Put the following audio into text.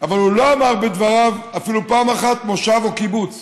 אבל הוא לא אמר בדבריו אפילו פעם אחת מושב או קיבוץ